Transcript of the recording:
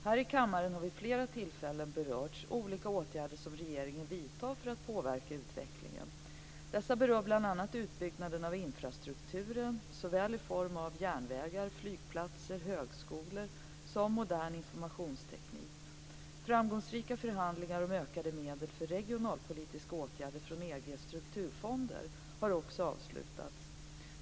Här i kammaren har vid flera tillfällen berörts olika åtgärder som regeringen vidtar för att påverka utvecklingen. Dessa berör bl.a. utbyggnaden av infrastrukturen i form av såväl järnvägar, flygplatser och högskolor som modern informationsteknik. Framgångsrika förhandlingar om ökade medel för regionalpolitiska åtgärder från EG:s strukturfonder har också avslutats.